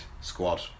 squad